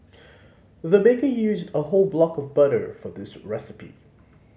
the baker used a whole block of butter for this recipe